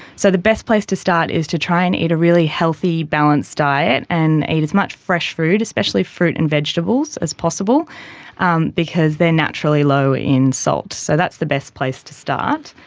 so the best place to start is to try and eat a really healthy, balanced diet and eat as much fresh food, especially fruit and vegetables, as possible um because they are naturally low in salt. so that's the best place to start.